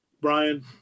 Brian